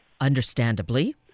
Understandably